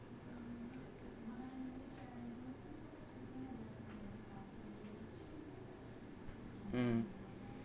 um